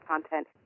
content